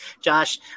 Josh